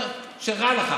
אתה אומר שרע לך,